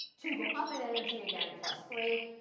two go up in energy, again, plus three.